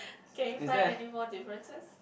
can you find anymore differences